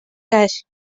cas